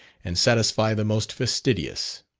and satisfy the most fastidious.